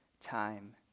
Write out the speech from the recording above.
time